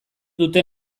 dute